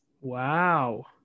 Wow